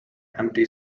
empty